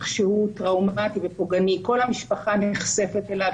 שהוא טראומתי ופוגעני וכל המשפחה נחשפת אליו,